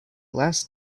last